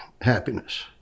happiness